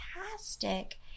fantastic